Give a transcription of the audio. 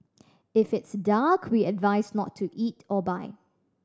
if it's dark we advise not to eat or buy